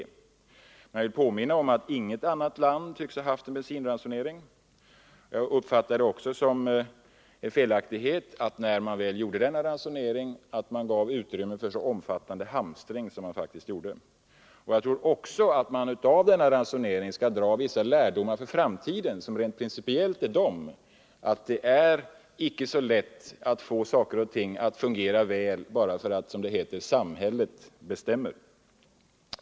Men jag vill påminna om att inget annat land tycks ha haft en bensinransonering. Jag uppfattar det också som en felaktighet att man, när man genomförde denna ransonering, gav utrymme för så omfattande hamstring som man faktiskt gjorde. Jag tror att man av denna ransonering skall dra vissa lärdomar för framtiden, som rent principiellt är att det icke är så lätt att få saker och ting att fungera väl bara för att, som det heter, samhället bestämmer.